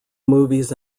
movies